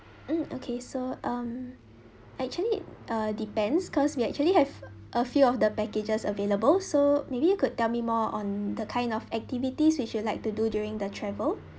mm okay so um actually uh depends because we actually have a few of the packages available so maybe you could tell me more on the kind of activities which you'd like to do during the travel